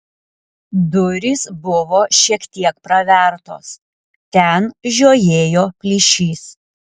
durys buvo šiek tiek pravertos ten žiojėjo plyšys